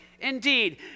Indeed